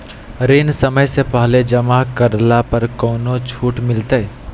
ऋण समय से पहले जमा करला पर कौनो छुट मिलतैय?